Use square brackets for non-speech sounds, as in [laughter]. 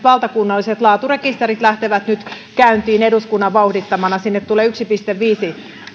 [unintelligible] valtakunnalliset laaturekisterit lähtevät nyt käyntiin eduskunnan vauhdittamana sinne tulee yksi pilkku viisi